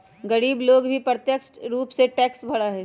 गरीब लोग भी अप्रत्यक्ष रूप से टैक्स भरा हई